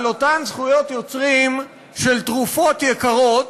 על אותן זכויות יוצרים של תרופות יקרות,